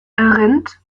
rind